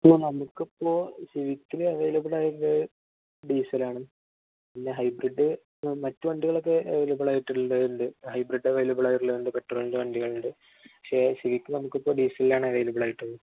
ഇപ്പോള് നമുക്കിപ്പോള് സിവിക്കില് അവൈലബിൾ ആയിട്ടുള്ളത് ഡീസലാണ് പിന്നെ ഹൈബ്രിഡ് മറ്റ് വണ്ടികളൊക്കെ അവൈലബിളാണ് ഹൈബ്രിഡ് അവൈലബിൾ ആയിട്ടുള്ളതുണ്ട് പെട്രോളിൻ്റെ വണ്ടികളുണ്ട് പക്ഷേ സിവിക്ക് നമുക്കിപ്പോള് ഡീസലിലാണ് അവൈലബിളായിട്ടുള്ളത്